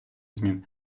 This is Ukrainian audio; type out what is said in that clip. змін